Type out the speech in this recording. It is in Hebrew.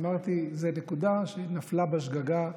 אמרתי: זה נקודה שנפלה בה שגגה,